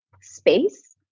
space